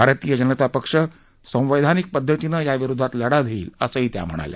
भारतीय जनता पक्ष संवैधानिक पद्धतीनं या विरोधात लढा देईल असंही त्या म्हणाल्या